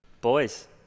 boys